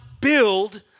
build